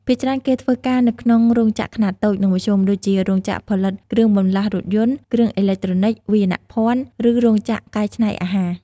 ភាគច្រើនគេធ្វើការនៅក្នុង រោងចក្រខ្នាតតូច និងមធ្យម ដូចជារោងចក្រផលិតគ្រឿងបន្លាស់រថយន្ត គ្រឿងអេឡិចត្រូនិក វាយនភ័ណ្ឌ ឬរោងចក្រកែច្នៃអាហារ ។